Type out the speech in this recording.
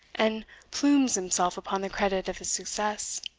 and plumes himself upon the credit of his success,